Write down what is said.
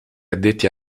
addetti